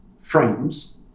frames